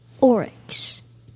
Oryx